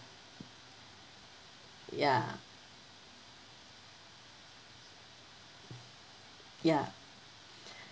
ya ya